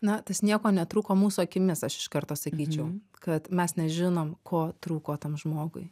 na tas nieko netrūko mūsų akimis aš iš karto sakyčiau kad mes nežinom ko trūko tam žmogui